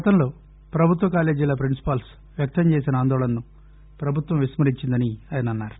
గతంలో ప్రభుత్వ కాలేజీల ప్రిన్స్పాల్స్ వ్యక్తం చేసిన ఆందోళనను ప్రభుత్వం విస్మ రించిందని ఆయన అన్నారు